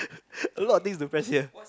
a lot of things to press here